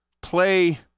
play